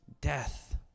death